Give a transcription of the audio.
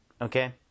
okay